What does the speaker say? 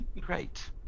Great